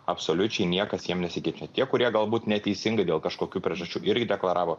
absoliučiai niekas jiem nesikeičia tie kurie galbūt neteisingai dėl kažkokių priežasčių irgi deklaravo